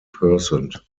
percent